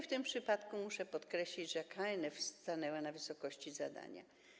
W tym przypadku muszę podkreślić, że KNF stanęła na wysokości zadania.